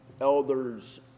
elders